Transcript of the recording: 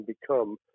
become